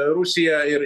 rusija ir